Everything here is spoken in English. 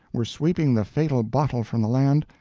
were sweeping the fatal bottle from the land,